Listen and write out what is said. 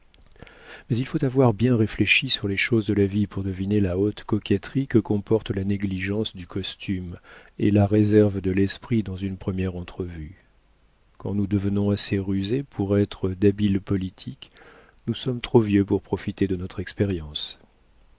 mais il faut avoir bien réfléchi sur les choses de la vie pour deviner la haute coquetterie que comportent la négligence du costume et la réserve de l'esprit dans une première entrevue quand nous devenons assez rusés pour être d'habiles politiques nous sommes trop vieux pour profiter de notre expérience